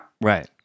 Right